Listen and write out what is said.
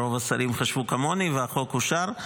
רוב השרים חשבו כמוני והחוק אושר.